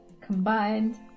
combined